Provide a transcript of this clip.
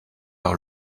par